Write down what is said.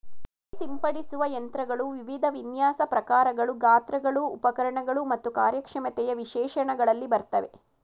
ಕೃಷಿ ಸಿಂಪಡಿಸುವ ಯಂತ್ರಗಳು ವಿವಿಧ ವಿನ್ಯಾಸ ಪ್ರಕಾರಗಳು ಗಾತ್ರಗಳು ಉಪಕರಣಗಳು ಮತ್ತು ಕಾರ್ಯಕ್ಷಮತೆಯ ವಿಶೇಷಣಗಳಲ್ಲಿ ಬರ್ತವೆ